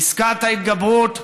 פסקת ההתגברות,